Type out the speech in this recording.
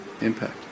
impact